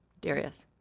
Darius